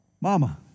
Mama